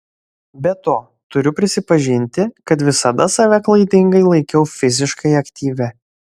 be to turiu prisipažinti kad visada save klaidingai laikiau fiziškai aktyvia